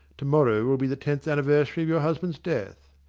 to-morrow will be the tenth anniversary of your husband's death.